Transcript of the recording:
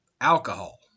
alcohol